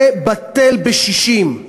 זה בטל בשישים.